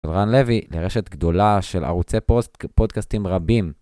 אברהם לוי, לרשת גדולה של ערוצי פודקסטים רבים.